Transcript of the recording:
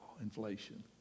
inflation